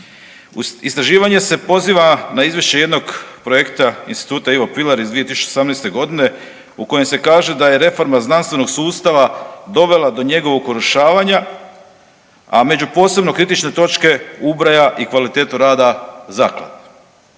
Istraživanje se poziva na izvješće jednog projekta Instituta Ivo Pilar iz 2018.g. u kojem se kaže da je reforma znanstvenog sustava dovela do njegovog urušavanja, a među posebno kritične točke ubraja i kvalitetu rada zaklade.